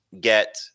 get